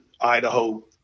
Idaho